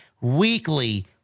weekly